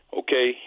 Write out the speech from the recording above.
okay